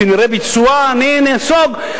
כשנראה ביצוע אני נסוג,